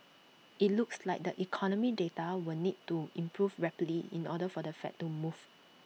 IT looks like the economic data will need to improve rapidly in order for the fed to move